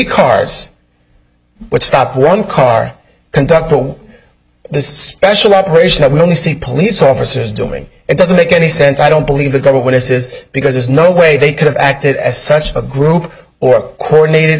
cars would stop one car conductor the special operation that we only see police officers doing it doesn't make any sense i don't believe the government is is because there's no way they could have acted as such a group or coronated